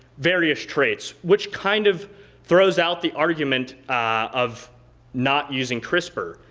various traits which kind of throws out the argument of not using crispr,